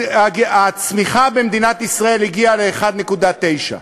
הצמיחה במדינת ישראל הגיעה ל-1.9%.